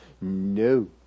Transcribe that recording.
No